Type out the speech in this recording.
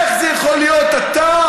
איך זה יכול להיות שאתה,